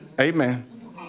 Amen